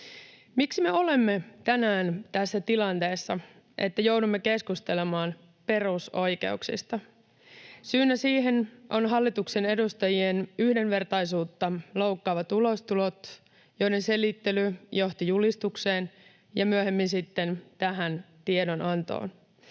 Miksi me olemme tänään tässä tilanteessa, että joudumme keskustelemaan perusoikeuksista? Syynä siihen ovat hallituksen edustajien yhdenvertaisuutta loukkaavat ulostulot, joiden selittely johti julistukseen ja myöhemmin sitten tähän tiedonantoon.